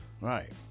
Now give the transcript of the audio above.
Right